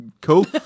Cool